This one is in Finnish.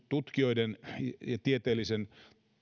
tutkijoiden ja tieteellisen